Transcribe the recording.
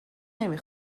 نمی